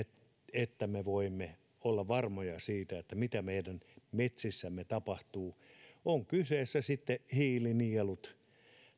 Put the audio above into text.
että me voimme olla varmoja siitä mitä meidän metsissämme tapahtuu on sitten kyseessä hiilinielut